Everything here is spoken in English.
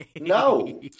no